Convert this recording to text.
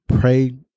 pray